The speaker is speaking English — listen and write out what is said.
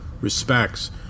respects